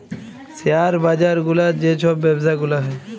share বাজার গুলার যে ছব ব্যবছা গুলা হ্যয়